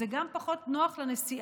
זה גם פחות נוח לנסיעה.